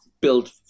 build